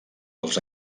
dels